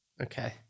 Okay